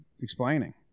explaining